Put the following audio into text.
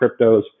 cryptos